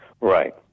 Right